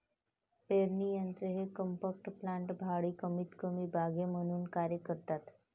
पेरणी यंत्र हे कॉम्पॅक्ट प्लांटर भांडी कमीतकमी बागे म्हणून कार्य करतात